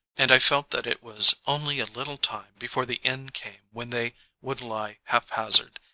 and i felt that it was only a little time before the end came when they would lie haphazard,